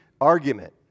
argument